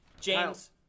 James